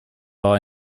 are